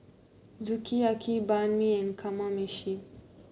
Sukiyaki Banh Mi and Kamameshi